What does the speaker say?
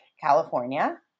California